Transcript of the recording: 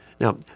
Now